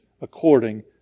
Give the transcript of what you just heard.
according